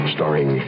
Starring